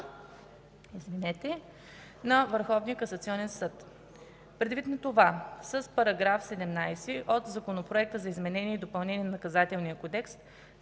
на Върховния касационен съд. Предвид на това: С § 17 от Законопроекта за изменение и допълнение на Наказателния кодекс